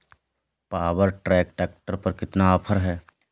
Power track tractor पर कितना offer है?